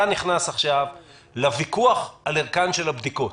אתה נכנס עכשיו לוויכוח על ערכן של הבדיקות.